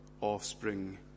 offspring